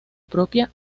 propia